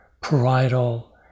parietal